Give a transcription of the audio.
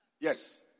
Yes